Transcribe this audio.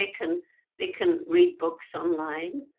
ah can but can read books online.